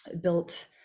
built